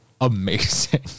amazing